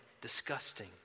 disgusting